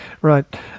right